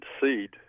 seed